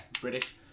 British